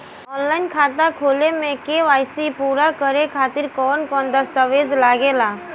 Online खाता खोले में के.वाइ.सी पूरा करे खातिर कवन कवन दस्तावेज लागे ला?